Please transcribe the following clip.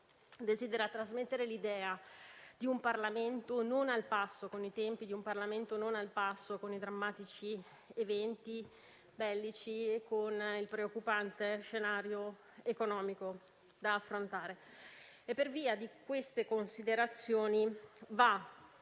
desidera trasmettere l'idea di un Parlamento non al passo con i tempi, i drammatici eventi bellici e il preoccupante scenario economico da affrontare. Per via di queste considerazioni, va